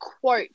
quote